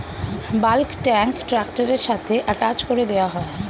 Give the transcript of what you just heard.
bulk tank ট্র্যাক্টরের সাথে attach করে দেওয়া হয়